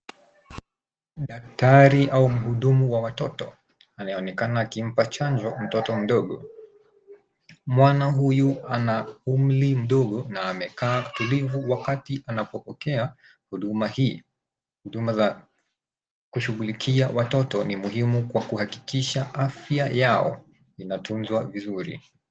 Daktari au mhudumu wa watoto anayeonekana akimpa chanjo mtoto mdogo. Mwana huyu ana umri ndogo na amekaa tulivu wakati anapopokea huduma hii. Huduma za kushughulikia watoto ni muhimu kwa kuhakikisha afya yao inatunzwa vizuri.